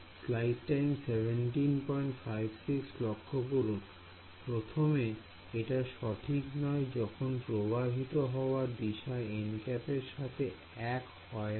Student প্রথমে এটা সঠিক নয় যখন প্রবাহিত হওয়ার দিশা nˆ এর সাথে এক হয় না